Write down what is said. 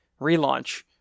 relaunch